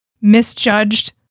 misjudged